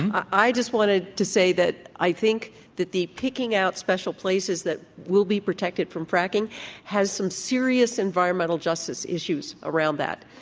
um i just wanted to say that i think that the picking out special places that will be protected from fracking has some serious environmental justice issues around that.